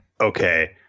okay